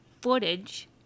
footage